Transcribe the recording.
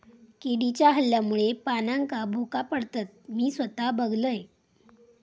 किडीच्या हल्ल्यामुळे पानांका भोका पडतत, मी स्वता बघलंय